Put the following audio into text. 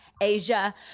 Asia